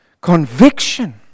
conviction